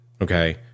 Okay